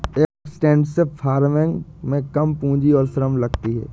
extensive farming में कम पूंजी और श्रम लगती है